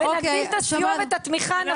ונגדיל את הסיוע ואת התמיכה הנפשית.